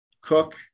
Cook